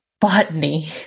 botany